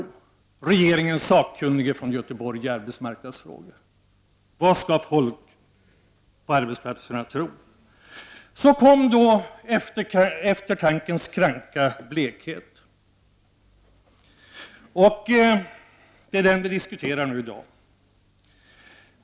Jag upprepar min fråga, regeringens sakkunnige från Göteborg i arbetsmarknadsfrågor: Vad skall folk ute på arbetsplatserna tro? Sedan kom eftertankens kranka blekhet. Det är den som vi diskuterar i dag.